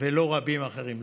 ולא רבים אחרים.